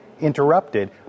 interrupted